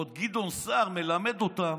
ועוד גדעון סער מלמד אותם